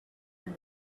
from